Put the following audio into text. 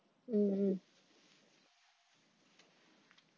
mm mm